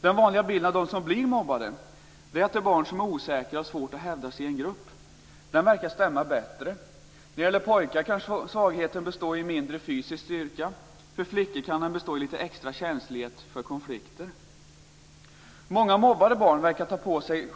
Den vanliga bilden av dem som blir mobbade är barn som är osäkra och har svårt att hävda sig i en grupp. Den bilden verkar stämma bättre. För pojkar kan svagheten bestå i mindre fysisk styrka, för flickor kan den bestå i extra känslighet för konflikter. Många mobbade barn verkar ta på sig